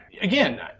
again